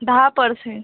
दहा पर्सेंट